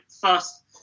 First